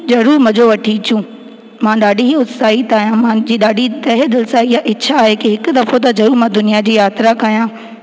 ज़रूरु मज़ो वठी अचूं मां ॾाढी ई उत्साहित आहियां मुंहिंजी ॾाढी तहे दिल सां इहा इछा आहे की हिकु दफ़ो त मां ज़रूरु दुनिया जी यात्रा कयां